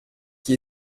qui